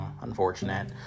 unfortunate